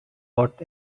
what